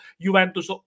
Juventus